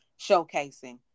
showcasing